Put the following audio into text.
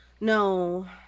No